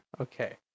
okay